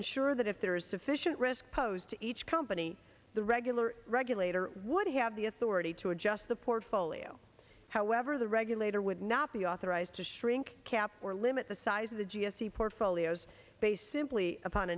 ensure that if there is sufficient risk posed to each company the regular regulator would have the authority to adjust the portfolio however the regulator would not be authorized to shrink cap or limit the size of the g s t portfolios based simply upon